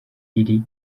ikiri